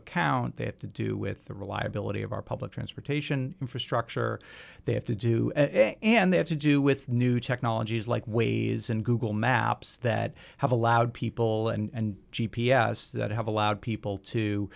account they have to do with the reliability of our public transportation infrastructure they have to do and they have to do with new technologies like ways in google maps that have allowed people and g p s that have allowed people to